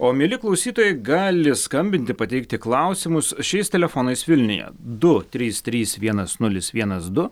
o mieli klausytojai gali skambinti pateikti klausimus šiais telefonais vilniuje du trys trys vienas nulis vienas du